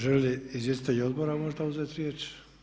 Žele li izvjestitelji odbora možda uzeti riječ?